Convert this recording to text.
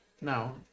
no